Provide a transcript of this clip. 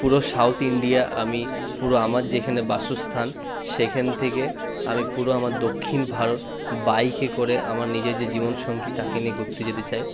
পুরো south India আমি পুরো আমার যেখানে বাসস্থান সেখান থেকে আমি পুরো আমার দক্ষিণ ভারত বাইকে করে আমার নিজের যে জীবনসঙ্গী তাকে নিয়ে ঘুরতে যেতে চাই